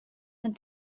and